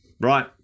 right